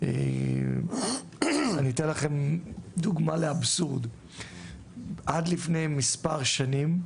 אני אתן דוגמא לאבסורד, עד לפני מספר שנים,